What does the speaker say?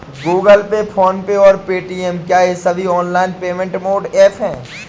Google Pay PhonePe और Paytm क्या ये सभी ऑनलाइन पेमेंट मोड ऐप हैं?